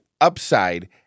UPSIDE